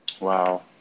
wow